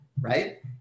right